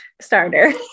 starter